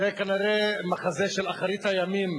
זה כנראה מחזה של אחרית הימים,